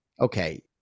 okay